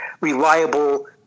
reliable